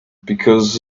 because